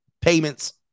payments